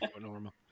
normal